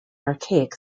archaic